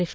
F